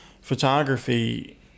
photography